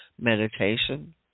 meditation